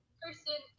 person